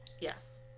yes